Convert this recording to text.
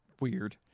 weird